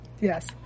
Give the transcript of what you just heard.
Yes